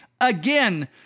again